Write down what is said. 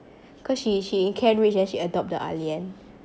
cause she she in kent ridge then she adopt the ah lian